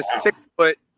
six-foot